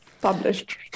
published